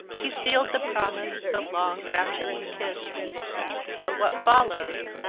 he sealed the promise with a long, rapturous kiss but what followed,